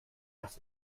das